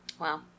Wow